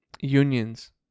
Unions